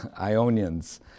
Ionians